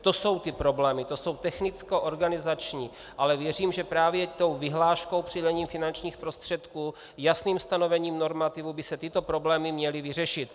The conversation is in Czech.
To jsou ty problémy, to jsou technickoorganizační problémy, ale věřím, že právě vyhláškou přidělení finančních prostředků, jasným stanovením normativů by se tyto problémy měly vyřešit.